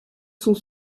sont